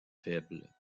faible